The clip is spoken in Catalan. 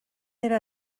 era